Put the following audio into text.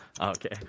Okay